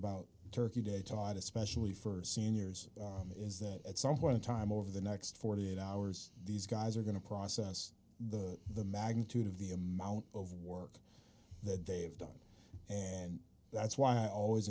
about turkey day taught especially for seniors is that at some point in time over the next forty eight hours these guys are going to process the the magnitude of the amount of work that they've done and that's why i always